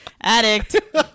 Addict